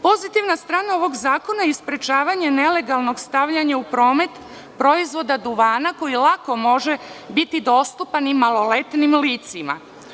Pozitivna strana ovog zakona je sprečavanje nelegalnog stavljanja u promet proizvoda duvana koji lako može biti dostupan i maloletnim licima.